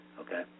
Okay